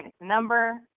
number